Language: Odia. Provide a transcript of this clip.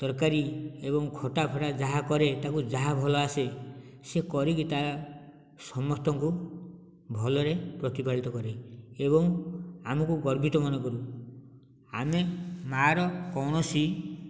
ତରକାରି ଏବଂ ଖଟା ଫଟା ଯାହା କରେ ତାକୁ ଯାହା ଭଲ ଆସେ ସେ କରିକି ତା ସମସ୍ତଙ୍କୁ ଭଲରେ ପ୍ରତିପାଳିତ କରେ ଏବଂ ଆମକୁ ଗର୍ବିତ ମନେକରୁ ଆମେ ମାଁ ର କୌଣସି